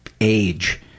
age